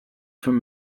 from